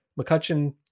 McCutcheon